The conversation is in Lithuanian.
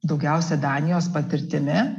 daugiausia danijos patirtimi